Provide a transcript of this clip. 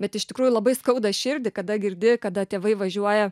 bet iš tikrųjų labai skauda širdį kada girdi kada tėvai važiuoja